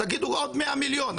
תגידו עוד 100 מיליון,